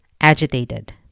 agitated